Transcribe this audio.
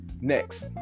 Next